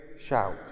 shout